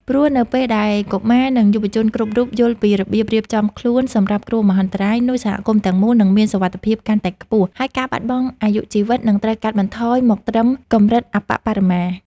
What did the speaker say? ព្រោះនៅពេលដែលកុមារ និងយុវជនគ្រប់រូបយល់ពីរបៀបរៀបចំខ្លួនសម្រាប់គ្រោះមហន្តរាយ នោះសហគមន៍ទាំងមូលនឹងមានសុវត្ថិភាពកាន់តែខ្ពស់ ហើយការបាត់បង់អាយុជីវិតនឹងត្រូវកាត់បន្ថយមកត្រឹមកម្រិតអប្បបរមា។